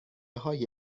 های